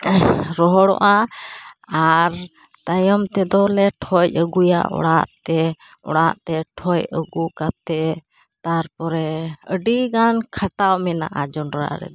ᱨᱚᱦᱚᱲᱚᱜᱼᱟ ᱟᱨ ᱛᱟᱭᱚᱢ ᱛᱮᱫᱚᱞᱮ ᱴᱷᱚᱡ ᱟᱹᱜᱩᱭᱟ ᱚᱲᱟᱜ ᱛᱮ ᱚᱲᱟᱜ ᱛᱮ ᱴᱷᱚᱡ ᱟᱹᱜᱩ ᱠᱟᱛᱮ ᱛᱟᱨᱯᱚᱨᱮ ᱟᱹᱰᱤ ᱜᱟᱱ ᱠᱷᱟᱴᱟᱣ ᱢᱮᱱᱟᱜᱼᱟ ᱡᱚᱸᱰᱨᱟ ᱨᱮᱫᱚ